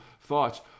thoughts